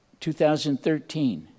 2013